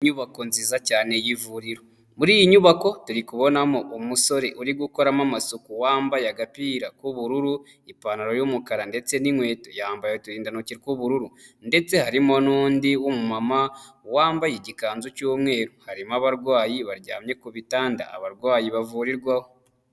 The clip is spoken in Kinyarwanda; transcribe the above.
Inyubako nziza cyane y'ivuriro, muri iyi nyubako turi kubonamo umusore uri gukoramo amasuku wambaye agapira k'ubururu ipantaro y'umukara ndetse n'inkweto, yambaye uturindantoki tw'ubururu ndetse harimo n'undi mumama wambaye igikanzu cy'umweru, harimo abarwayi baryamye ku bitanda abarwayi bavurirwaho.